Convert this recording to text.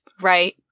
Right